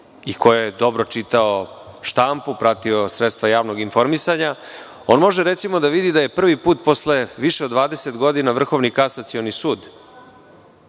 i ko je dobro čitao štampu, pratio sredstva javnog informisanja, on može recimo da vidi da je prvi put posle više od 20 godina Vrhovni kasacioni sud